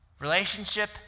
Relationship